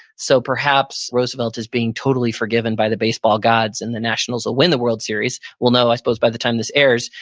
so perhaps roosevelt is being totally forgiven by the baseball gods and the nationals will win the world series. we'll know, i suppose by the time this airs,